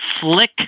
flick